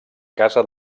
casa